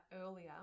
earlier